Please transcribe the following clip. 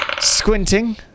squinting